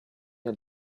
you